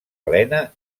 helena